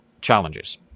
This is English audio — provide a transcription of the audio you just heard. challenges